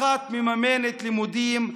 אחת מממנת לימודים,